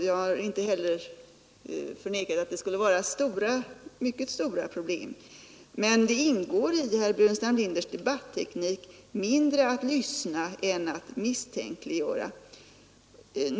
Jag har inte heller förnekat att det skulle vara mycket stora problem. Men det ingår i herr Burenstam Linders debatteknik mindre att lyssna än att misstänkliggöra.